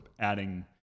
adding